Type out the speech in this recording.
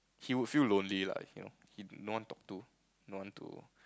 he would feel lonely lah you know he no one talk to no one